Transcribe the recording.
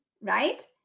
right